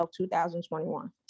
2021